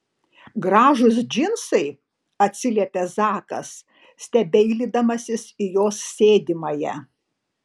gražūs džinsai atsiliepė zakas stebeilydamasis į jos sėdimąją